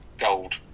Gold